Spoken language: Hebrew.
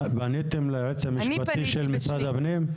האם פניתם ליועץ המשפטי של משרד הפנים?